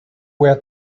where